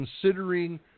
considering